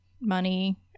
money